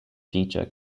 feature